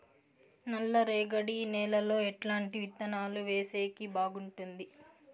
నల్లరేగడి నేలలో ఎట్లాంటి విత్తనాలు వేసేకి బాగుంటుంది?